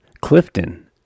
Clifton